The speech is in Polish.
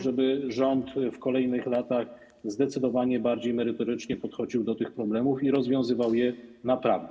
żeby rząd w kolejnych latach zdecydowanie bardziej merytorycznie podchodził do tych problemów i rozwiązywał je naprawdę.